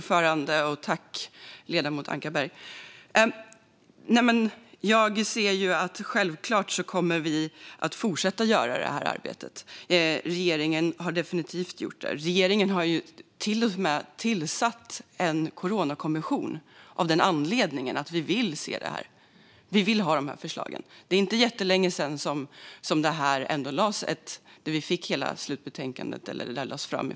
Fru talman! Självklart kommer vi att fortsätta med detta arbete. Regeringen har definitivt gjort det. Regeringen har ju till och med tillsatt en coronakommission av anledningen att man vill se det här och ha de här förslagen. Det är inte jättelänge sedan Coronakommissionens slutbetänkande lades fram.